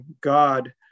God